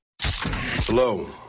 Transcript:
Hello